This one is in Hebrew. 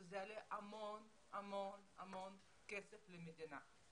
מה שיעלה המון-המון-המון כסף למדינה.